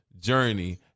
Journey